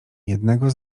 jednego